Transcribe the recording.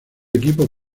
equipo